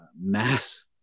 mass